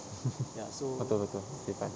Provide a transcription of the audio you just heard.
betul betul okay five